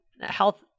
health